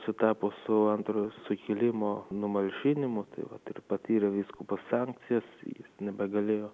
sutapo su antrojo sukilimo numalšinimu tai vat ir patyrė vyskupo sankcijas jis nebegalėjo